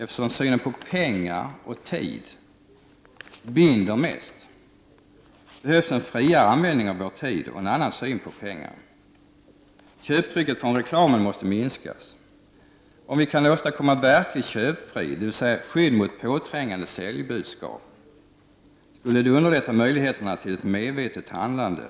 Eftersom synen på pengar och tid binder mest, behövs en friare användning av vår tid och en annan syn på pengar. Köptrycket från reklamen måste minskas. Om vi kan åstadkomma verklig köpfrid, dvs. skydd mot påträngande säljbudskap, skulle det underlätta möjligheterna till ett medvetet handlande